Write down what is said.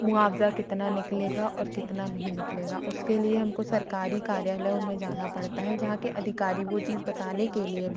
मुआवजा कितना निकलेगा और कितना नहीं निकलेगा उसके लिए हमको सरकारी कार्यालयों में जाना पड़ता है जहां के अधिकारी वो चीज बताने के लिए भी